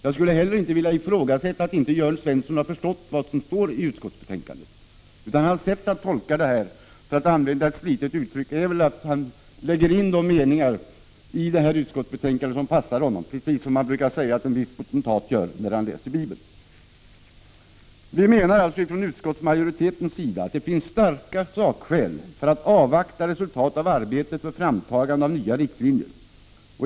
Jag skulle heller inte vilja ifrågasätta att Jörn Svensson förstått vad som står i utskottsbetänkandet. När Jörn Svensson lägger in de meningar i utskottsbetänkandet som passar honom, läser han betänkandet precis så som man brukar säga att en viss potentat läser bibeln — för att använda ett slitet uttryck. Utskottsmajoriteten menar att det finns starka sakskäl för att avvakta resultatet av arbetet med framtagande av nya riktlinjer.